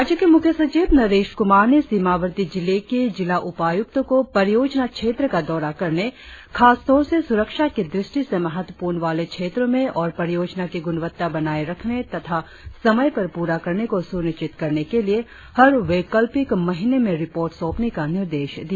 राज्य के मुख्य सचिव नरेश कुमार ने सीमावर्ती जिले के जिला उपायुक्तों को परियोजना क्षेत्र का दौरा करने खासतौर से सुरक्षा की दृष्टि से महत्वपूर्ण वाले क्षेत्रों में और परियोजना की गुणवत्ता बनाए रखने तथा समय पर पूरा करने को सुनिश्चित करने के लिए हर वैकल्पिक महीने में रिपोर्ट सौंपने का निर्देश दिया